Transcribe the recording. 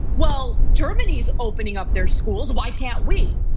well, germany's opening up their schools. why can't we?